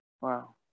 wow